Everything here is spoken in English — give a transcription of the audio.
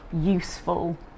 useful